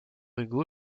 hugo